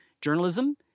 journalism